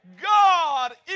God